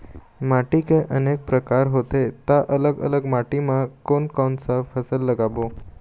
माटी के अनेक प्रकार होथे ता अलग अलग माटी मा कोन कौन सा फसल लगाबो?